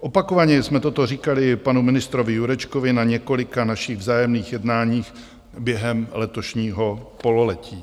Opakovaně jsme toto říkali panu ministrovi Jurečkovi na několika našich vzájemných jednáních během letošního pololetí.